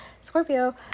scorpio